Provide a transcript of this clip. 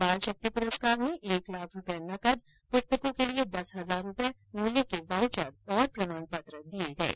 बाल शक्ति पुरस्कार में एक लाख रुपये नगद पुस्तकों के लिए दस हजार रुपये मूल्य के वाउचर और प्रमाणपत्र दिये गये